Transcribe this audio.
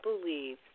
believe